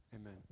Amen